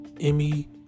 Emmy